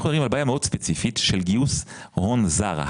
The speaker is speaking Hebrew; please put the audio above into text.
אנחנו מדברים על בעיה מאוד ספציפית של גיוס הון זר,